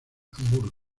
hamburgo